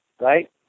right